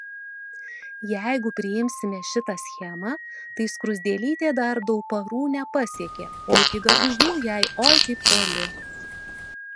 jeigu priimsime šitą schemą tai skruzdėlytė dar dauparų nepasiekė o iki gargždų jai oi kaip toli